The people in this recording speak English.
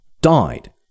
died